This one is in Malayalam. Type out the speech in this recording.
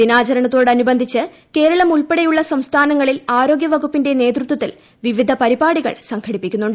ദിനാചരണത്തോടനുബന്ധിച്ച് കേരളം ഉൾപ്പെടെയുള്ള സംസ്ഥാനങ്ങളിൽ ആരോഗ്യ വകുപ്പിന്റെ നേതൃത്വത്തിൽ വിവിധ പരിപാടികൾ സംഘടിപ്പിക്കുന്നുണ്ട്